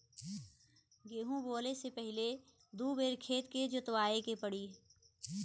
गेंहू बोवले से पहिले दू बेर खेत के जोतवाए के पड़ी